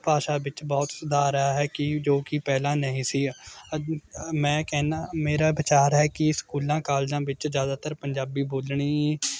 ਭਾਸ਼ਾ ਵਿੱਚ ਬਹੁਤ ਸੁਧਾਰ ਆਇਆ ਹੈ ਕਿ ਜੋ ਕਿ ਪਹਿਲਾਂ ਨਹੀਂ ਸੀ ਮੈਂ ਕਹਿੰਦਾ ਮੇਰਾ ਵਿਚਾਰ ਹੈ ਕਿ ਸਕੂਲਾਂ ਕਾਲਜਾਂ ਵਿੱਚ ਜ਼ਿਆਦਾਤਰ ਪੰਜਾਬੀ ਬੋਲਣੀ